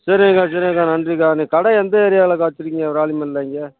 சரிங்கா சரிங்கா நன்றிக்கா நீங்கள் கடை எந்த ஏரியாலக்கா வைச்சுருக்கீங்க விராாலிமலையில் நீங்கள்